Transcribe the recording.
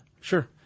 Sure